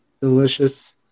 Delicious